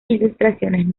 ilustraciones